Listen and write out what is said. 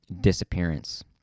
disappearance